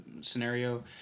scenario